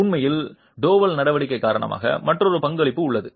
உண்மையில் டோவல் நடவடிக்கை காரணமாக மற்றொரு பங்களிப்பு உள்ளது